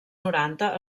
noranta